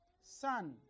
Son